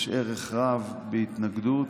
יש ערך רב בהתנגדות